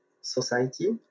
society